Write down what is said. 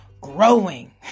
growing